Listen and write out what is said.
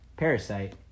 Parasite